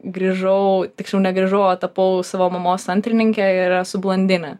grįžau tiksliau negrįžau o tapau savo mamos antrininke ir esu blondinė